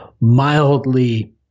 mildly